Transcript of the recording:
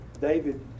David